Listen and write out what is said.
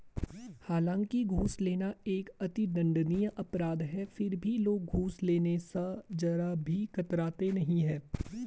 हालांकि घूस लेना एक अति दंडनीय अपराध है फिर भी लोग घूस लेने स जरा भी कतराते नहीं है